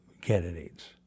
candidates